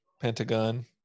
Pentagon